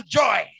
joy